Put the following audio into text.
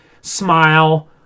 smile